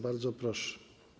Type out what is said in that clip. Bardzo proszę.